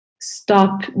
stop